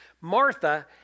Martha